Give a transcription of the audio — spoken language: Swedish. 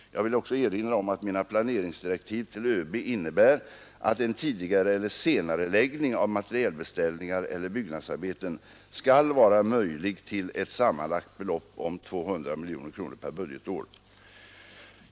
Jag vill också erinra om att mina planeringsdirektiv till överbefälhavaren innebär att en tidigareeller senareläggning av materielbeställningar eller byggnadsarbeten skall vara möjlig till ett sammanlagt belopp om 200 miljoner kronor per budgetår.